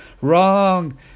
wrong